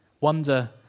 Wonder